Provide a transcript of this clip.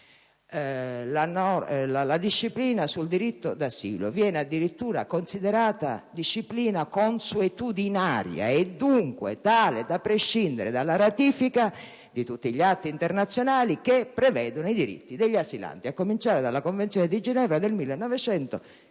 La disciplina sul diritto d'asilo viene addirittura considerata disciplina consuetudinaria e dunque tale da prescindere dalla ratifica di tutti gli atti internazionali che prevedono i diritti degli asilanti, a cominciare dalla Convenzione di Ginevra del 1951.